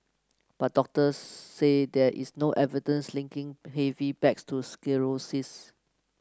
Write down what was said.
but doctors say there is no evidence linking heavy bags to scoliosis